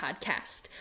podcast